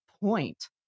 point